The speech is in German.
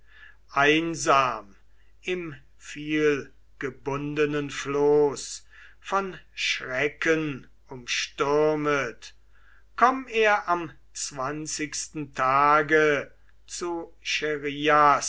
einsam im vielgebundenen floß von schrecken umstürmet komm er am zwanzigsten tage zu